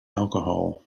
alcohol